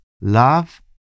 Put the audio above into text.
love